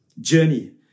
journey